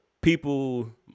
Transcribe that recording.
People